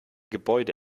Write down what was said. gebäude